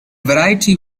variety